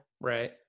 Right